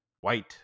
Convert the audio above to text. White